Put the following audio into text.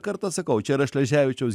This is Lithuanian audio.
kartą sakau čia yra šleževičiaus